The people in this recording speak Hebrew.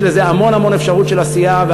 יש לזה המון המון אפשרות של עשייה,